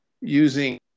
using